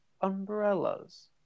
umbrellas